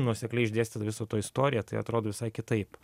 nuosekliai išdėstyta viso to istorija tai atrodo visai kitaip